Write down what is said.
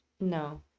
No